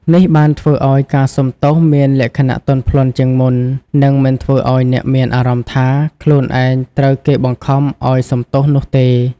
នេះបានធ្វើឱ្យការសុំទោសមានលក្ខណៈទន់ភ្លន់ជាងមុននិងមិនធ្វើឱ្យអ្នកមានអារម្មណ៍ថាខ្លួនឯងត្រូវគេបង្ខំឲ្យសុំទោសនោះទេ។